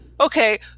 okay